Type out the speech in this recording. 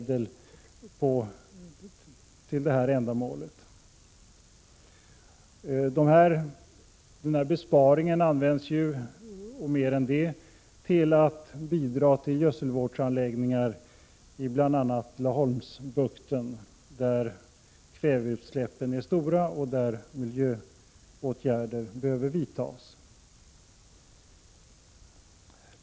Den här besparingen — och mer än så — används till att bidra till gödselvårdsanläggningar i bl.a. Laholmsbukten, där kväveutsläppen är stora och där miljöåtgärder behöver vidtas.